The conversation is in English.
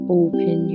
open